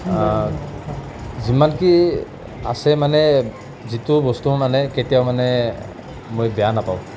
যিমান কি আছে মানে যিটো বস্তু মানে কেতিয়াও মানে মই বেয়া নাপাওঁ